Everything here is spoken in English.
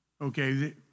Okay